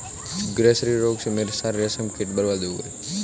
grasserie रोग से मेरे सारे रेशम कीट बर्बाद हो गए